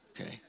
okay